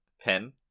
Pen